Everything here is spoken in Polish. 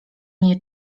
nie